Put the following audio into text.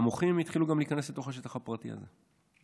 והמוחים התחילו גם להיכנס לתוך השטח הפרטי הזה.